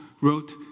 wrote